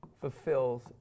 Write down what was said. fulfills